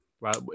right